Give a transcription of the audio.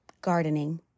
gardening